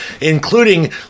including